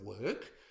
work